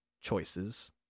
Choices